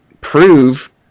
prove